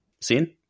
seen